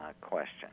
question